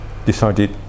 decided